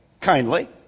kindly